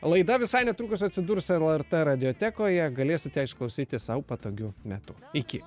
laida visai netrukus atsidurs lrt radijotekoje galėsite išklausyti sau patogiu metu iki